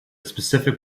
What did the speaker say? specific